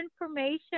information